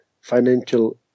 financial